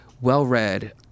well-read